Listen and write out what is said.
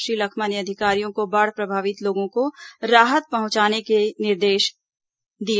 श्री लखमा ने अधिकारियों को बाढ़ प्रभावित लोगों को राहत पहुंचाने के निर्देश दिए